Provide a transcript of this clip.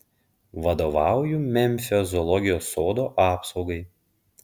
vadovauju memfio zoologijos sodo apsaugai